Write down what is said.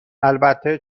البته